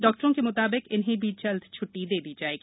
डॉक्टरों के म्ताबिक इन्हें भी जल्द ही छ्ट्टी दे दी जाएगी